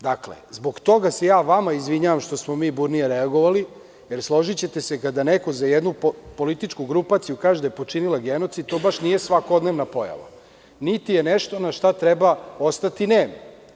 Dakle, zbog toga se ja vama izvinjavam što smo mi burnije reagovali, jer složićete se kada neko za jednu političku grupaciju kaže da je počinila genocid, to baš nije svakodnevna pojava, niti je nešto na šta treba ostati nem.